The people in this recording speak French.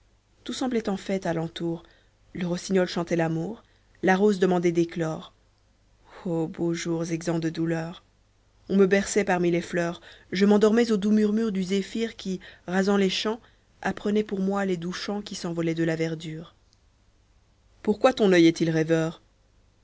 tout semblait en fôte alentour le rossignol chantait l'amour la rosé demandait d'éclore o beaux jours exempts de douleurs on me berçait parmi les fleurs je m'endormais au doux murmure du zéphyr qui rasant les champs apprenait pour moi les doux chants qui s'envolaient de la verdure pourquoi ton oeil est ii rêveur